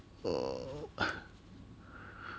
ugh